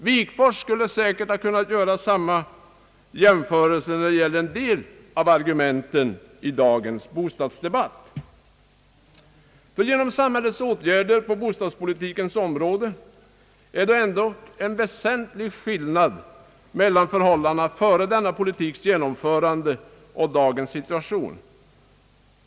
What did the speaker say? Wigforss skulle säkert ha kunnat göra samma jämförelse när det gäller en del av argumenten i dagens bostadsdebatt. Genom samhällets åtgärder på bostadspolitikens område är det ändock en väsentlig skillnad mellan förhållandena före denna politiks genomförande och dagens situation.